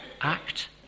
act